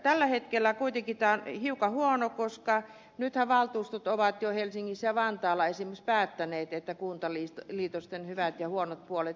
tällä hetkellä kuitenkin tämä on hiukan huono asia koska nythän valtuustot ovat jo helsingissä ja vantaalla esimerkiksi päättäneet että kuntaliitosten hyvät ja huonot puolet selvitetään